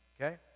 okay